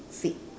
seat